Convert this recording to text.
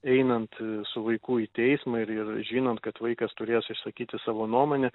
einant su vaiku į teismą ir ir žinant kad vaikas turės išsakyti savo nuomonę